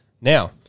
now